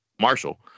Marshall